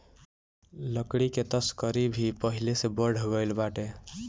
लकड़ी के तस्करी भी पहिले से बढ़ गइल बाटे